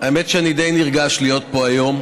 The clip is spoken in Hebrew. האמת היא שאני די נרגש להיות פה היום,